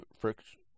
friction